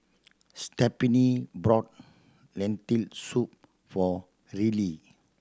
Stephania bought Lentil Soup for Reilly